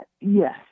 yes